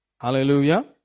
Hallelujah